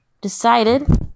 decided